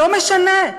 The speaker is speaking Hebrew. לא משנה,